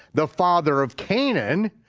the father of canaan,